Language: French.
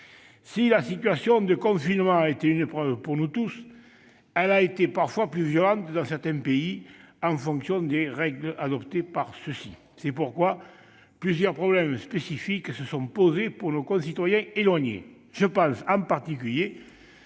Si la situation de confinement a été une épreuve pour nous tous, elle a parfois été plus violente dans certains pays, en fonction des règles adoptées par ceux-ci. C'est pourquoi plusieurs problèmes spécifiques se sont posés pour nos concitoyens éloignés. Je pense, en particulier,